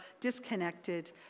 disconnected